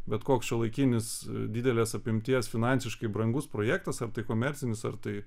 bet koks šiuolaikinis didelės apimties finansiškai brangus projektas ar tai komercinis ar tai